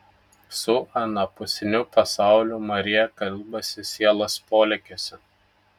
su anapusiniu pasauliu marija kalbasi sielos polėkiuose